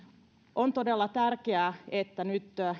on todella tärkeää että nyt